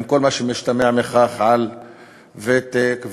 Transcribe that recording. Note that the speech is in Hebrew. עם כל מה שמשתמע מכך לגבי ותק,